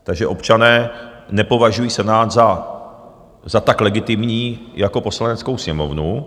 Takže občané nepovažují Senát za tak legitimní jako Poslaneckou sněmovnu.